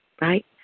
Right